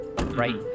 right